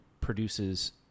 produces